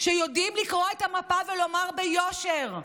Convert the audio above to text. שיודעים לקרוא את המפה ולומר ביושר: